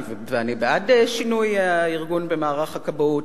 ואני בעד שינוי הארגון במערך הכבאות,